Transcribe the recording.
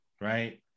right